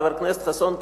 חבר הכנסת חסון,